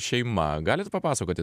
šeima galit papasakoti